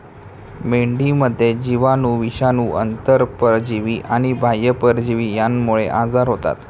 मेंढीमध्ये जीवाणू, विषाणू, आंतरपरजीवी आणि बाह्य परजीवी यांमुळे आजार होतात